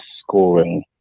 scoring